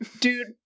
Dude